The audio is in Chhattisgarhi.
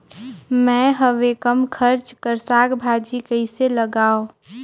मैं हवे कम खर्च कर साग भाजी कइसे लगाव?